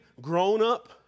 grown-up